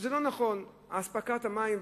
שזה לא נכון, על אספקת המים,